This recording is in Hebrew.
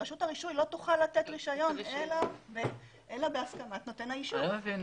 רשות הרישוי לא תוכל לתת רישיון אלא בהסכמת נותן האישור.